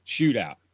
shootout